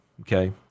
Okay